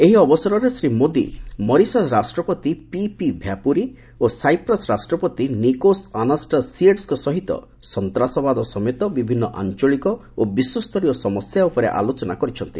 ଏହି ଅବସରରେ ଶ୍ରୀ ମୋଦି ମରିସସ ରାଷ୍ଟ୍ରପତି ପିପି ଭ୍ୟାପୁରୀ ଓ ସାଇପ୍ରସ ରାଷ୍ଟ୍ରପତି ନିକୋସ ଆନାଷ୍ଟାସିଏଡ୍ସଙ୍କ ସହିତ ସନ୍ତାସବାଦ ସମେତ ବିଭିନ୍ନ ଆଞ୍ଚଳିକ ଓ ବିଶ୍ୱସ୍ତରୀୟ ସମସ୍ୟା ଉପରେ ଆଲୋଚନା କରିଛନ୍ତି